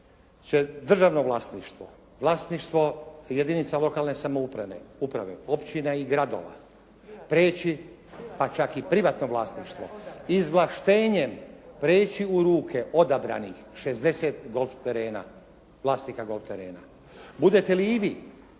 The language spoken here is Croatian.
državno vlasništvo, vlasništvo jedinica lokalne samouprave, općina i gradova prijeći …… /Upadica se ne razumije./ … Pa čak i privatna vlasništva izvlaštenjem prijeći u ruke odabranih 60 golf terena, vlasnika golf terena. Budete li i vi